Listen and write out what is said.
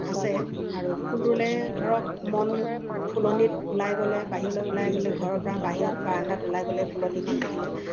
আছে আৰু ফুল ৰুলে ধৰক মন ফুলনিত ওলাই গ'লে বাহিৰলৈ ওলাই গ'লে ঘৰৰ পৰা বাহিৰত বাৰান্দাত ওলাই গ'লে ফুলনিখন দেখিলে